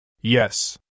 Yes